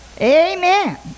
Amen